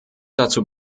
dazu